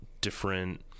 different